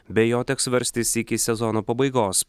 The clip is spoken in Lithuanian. be jo teks verstis iki sezono pabaigos